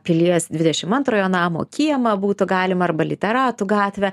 pilies dvidešim antroj namo kiemą būtų galima arba literatų gatvę